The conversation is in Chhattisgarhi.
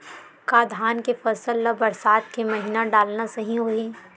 का धान के फसल ल बरसात के महिना डालना सही होही?